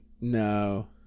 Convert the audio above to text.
No